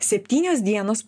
septynios dienos